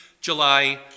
July